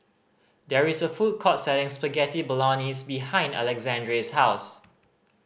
there is a food court selling Spaghetti Bolognese behind Alexandre's house